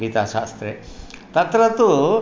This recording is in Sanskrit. गीताशास्त्रे तत्र तु